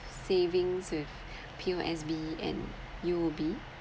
savings with P_O_S_B and U_O_B